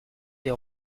des